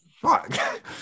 Fuck